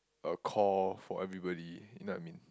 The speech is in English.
a core for everybody you know what I mean